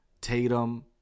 Tatum